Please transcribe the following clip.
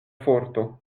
forto